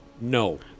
no